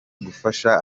gufasha